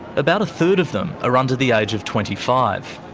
about a third of them are under the age of twenty five.